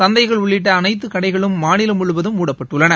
சந்தைகள் உள்ளிட்ட அனைத்துக் கடைகளும் மாநிலம் முழுவதும் மூடப்பட்டுள்ளன